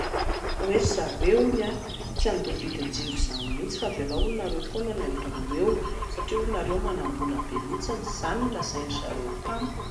Hoe ry zareo hono a, tsy handoa vidin-jiro izany mihintsy fa avelao hono ianareo foana no handoa eo satria hono ianareo manam-bola be mihintsy, izany no nolazain-dry zareo tamiko